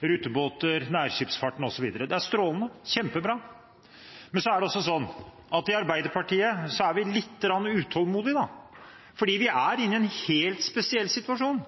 rutebåter, nærskipsfarten osv. Det er strålende, kjempebra! Men så er det også slik at i Arbeiderpartiet er vi lite grann utålmodige, fordi vi er inne i en helt spesiell situasjon.